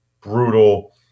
brutal